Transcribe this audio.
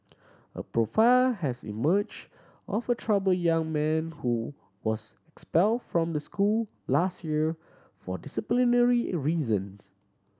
a profile has emerged of a troubled young man who was expelled from the school last year for disciplinary in reasons